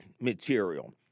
material